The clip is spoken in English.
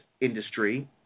industry